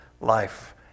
life